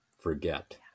forget